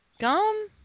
gum